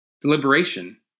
deliberation